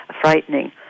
frightening